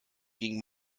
ging